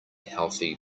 healthy